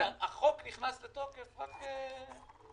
החוק נכנס לתוקף רק מהרגע שנאשר בוועדה את הטופס.